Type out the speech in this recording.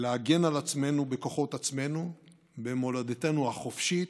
להגן על עצמנו בכוחות עצמנו במולדתנו החופשית,